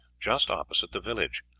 just opposite the village.